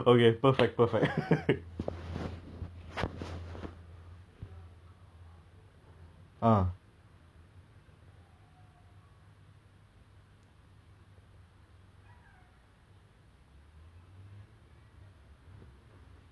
I was like got because because before that right I was doing eight hundred metres and thousand five எனக்கு வந்து:enakku vanthu eight hundred thousand five அறவே பிடிக்காது:aravae pidikkaathu so நான்:naan coach கிட்ட ஒரு நாள் போய் நா சொன்னேன்:kitta oru naal poi naa sonnaen coach எனக்கிந்த:enakkintha event னா அறவே புடிக்கல நீங்க கொஞ்சம் மத்த:naa aravae pudikkala neenga konjam matha event தாரிங்களா:thaaringalaa